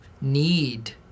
need